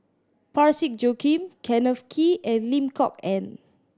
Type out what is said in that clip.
Parsick Joaquim Kenneth Kee and Lim Kok Ann